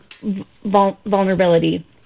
vulnerability